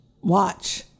watch